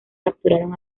capturaron